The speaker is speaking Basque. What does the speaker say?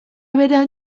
berean